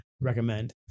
recommend